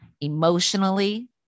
emotionally